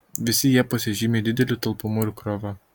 visi jie pasižymi dideliu talpumu ir krova